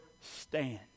stand